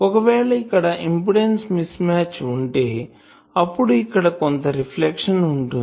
ఒకవేళ ఇక్కడ impedance mismatch ఉంటే అప్పుడు ఇక్కడ కొంత రిఫ్లెక్షన్ ఉంటుంది